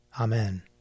Amen